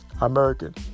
American